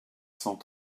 cent